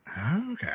Okay